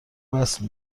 وصل